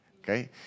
Okay